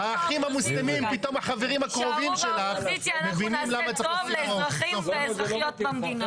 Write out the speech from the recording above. אנחנו נעשה טוב לאזרחים ואזרחיות במדינה.